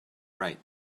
write